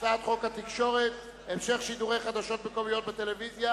הצעת חוק התקשורת (המשך שידורי חדשות מקומיות בטלוויזיה)